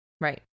Right